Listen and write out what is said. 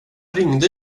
ringde